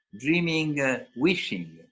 dreaming-wishing